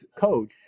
coach